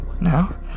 now